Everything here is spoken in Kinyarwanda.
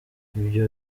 ibyo